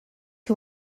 who